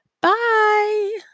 Bye